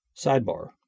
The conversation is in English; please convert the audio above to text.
Sidebar